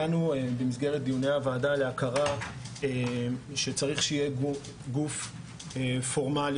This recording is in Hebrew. הגענו במסגרת דיוני הוועדה להכרה שצריך שיהיה גוף פורמלי